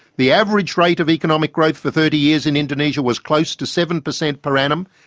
the average rate of economic growth for thirty years in indonesia was close to seven percent per annum.